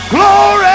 Glory